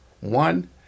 one